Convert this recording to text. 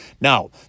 Now